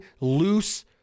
loose